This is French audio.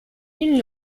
une